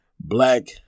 Black